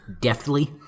Deftly